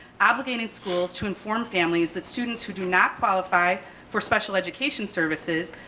obligating schools to inform families that students who do not qualify for special education services,